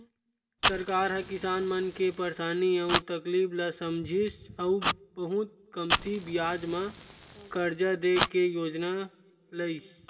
सरकार ह किसान मन के परसानी अउ तकलीफ ल समझिस अउ बहुते कमती बियाज म करजा दे के योजना लइस